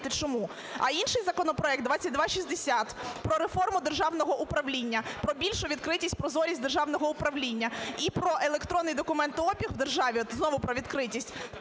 А інший законопроект (2260) про реформу державного управління, про більшу відкритість і прозорість державного управління і про електронний документообіг в державі, знову про відкритість,